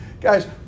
Guys